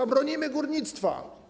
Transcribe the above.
My bronimy górnictwa.